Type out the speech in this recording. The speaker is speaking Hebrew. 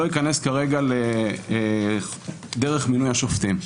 לא אכנס כרגע לדרך מינוי השופטים.